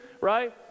right